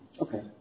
Okay